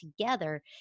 together